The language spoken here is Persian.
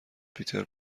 پیتر